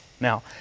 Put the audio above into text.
Now